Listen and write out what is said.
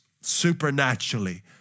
supernaturally